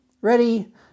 Ready